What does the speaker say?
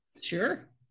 Sure